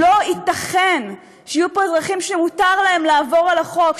לא ייתכן שיהיו פה אזרחים שמותר להם לעבור על החוק,